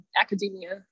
academia